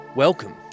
Welcome